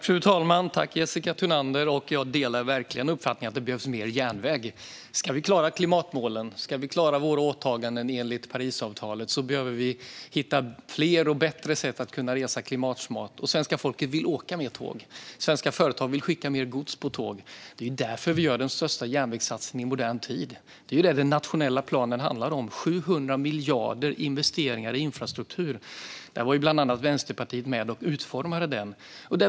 Fru talman! Jag delar verkligen uppfattningen att det behövs mer järnväg. Om vi ska klara klimatmålen och våra åtaganden enligt Parisavtalet behöver vi hitta fler och bättre sätt att resa klimatsmart. Svenska folket vill åka mer tåg. Svenska företag vill skicka mer gods med tåg. Det är därför vi gör den största järnvägssatsningen i modern tid. Det är detta den nationella planen handlar om: 700 miljarder i investeringar i infrastruktur. Bland annat Vänsterpartiet var med och utformade den.